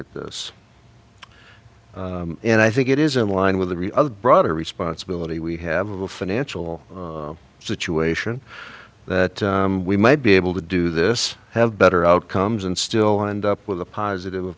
at this and i think it is in line with the re other broader responsibility we have a financial situation that we might be able to do this have better outcomes and still end up with a positive